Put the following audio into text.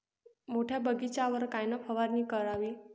मोठ्या बगीचावर कायन फवारनी करावी?